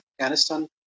Afghanistan